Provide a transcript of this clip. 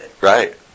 Right